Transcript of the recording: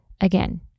Again